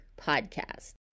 podcast